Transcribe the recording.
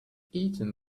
eating